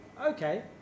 Okay